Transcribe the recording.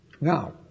Now